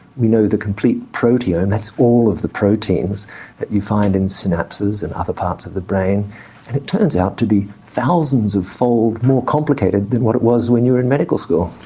we know the complete proteome, that's all of the proteins that you find in synapses and other parts of the brain and it turns out to be thousandsfold more complicated than what it was when you were in medical school.